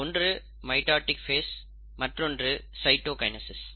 ஒன்று mitotic phase மற்றொன்று cytokinesis